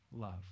love